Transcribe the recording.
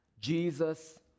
Jesus